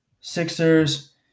Sixers